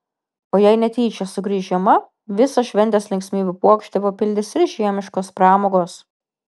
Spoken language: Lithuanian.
o jei netyčia sugrįš žiema visą šventės linksmybių puokštę papildys ir žiemiškos pramogos